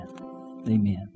Amen